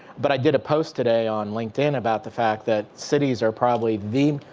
but i did a post today on linkedin about the fact that cities are probably the,